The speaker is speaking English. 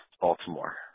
Baltimore